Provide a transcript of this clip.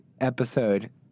episode